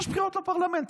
יש בחירות לפרלמנט.